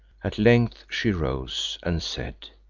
at length she rose, and said